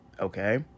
okay